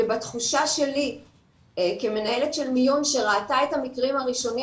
ובתחושה שלי כמנהלת של מיון שראתה את המקרים הראשונים